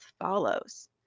follows